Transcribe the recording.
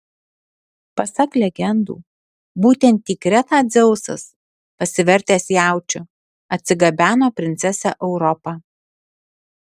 pasak legendų būtent į kretą dzeusas pasivertęs jaučiu atsigabeno princesę europą